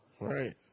Right